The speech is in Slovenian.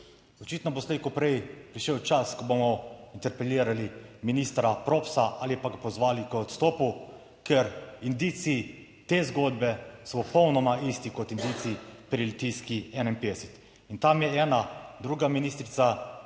Očitno bo slej ko prej prišel čas, ko bomo interpelirali ministra Propsa ali pa ga pozvali k odstopu, ker indici te zgodbe so popolnoma isti kot indici pri Litijski 51 in tam je ena druga ministrica imela